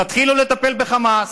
תתחילו לטפל בחמאס.